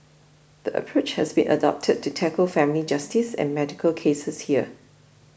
the approach has been adopted to tackle family justice and medical cases here